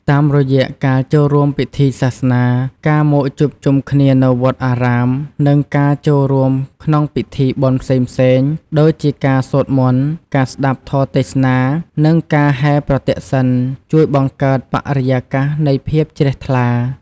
តាមរយៈការចូលរួមពិធីសាសនា ការមកជួបជុំគ្នានៅវត្តអារាម និងការចូលរួមក្នុងពិធីបុណ្យផ្សេងៗ ដូចជាការសូត្រមន្ត ការស្ដាប់ធម៌ទេសនា និងការហែរប្រទក្សិណ ជួយបង្កើតបរិយាកាសនៃភាពជ្រះថ្លា។